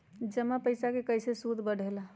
जमा पईसा के कइसे सूद बढे ला?